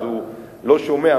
אז הוא לא שומע,